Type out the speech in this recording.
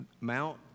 Mount